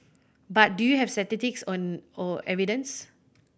but do you have statistics or evidence